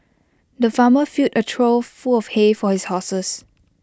the farmer filled A trough full of hay for his horses